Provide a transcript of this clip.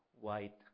white